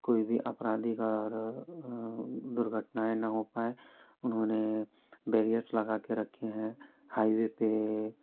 कोई भी आपराधिक और दुर्घटनाएँ न हो पाएँ उन्होंने बेरियर्स लगाके रखे हैं हाईवे पे